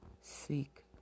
Seek